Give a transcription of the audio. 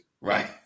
Right